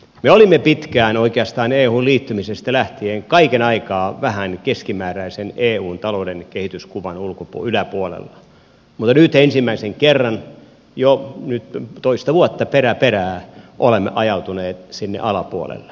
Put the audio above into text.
me olimme pitkään oikeastaan euhun liittymisestä lähtien kaiken aikaa vähän keskimääräisen eun talouden kehityskuvan yläpuolella mutta ensimmäisen kerran nyt jo toista vuotta perä perää olemme ajautuneet sinne alapuolelle